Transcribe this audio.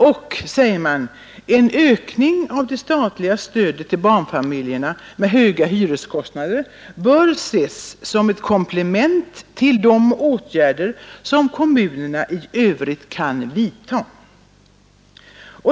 Och, säger man, en ökning av det statliga stödet till barnfamiljer med höga hyreskostnader bör ses som ett komplement till de åtgärder som kommunerna i övrigt kan vidta.